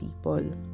people